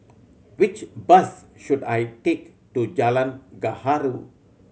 which bus should I take to Jalan Gaharu